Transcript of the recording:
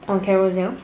on Carousell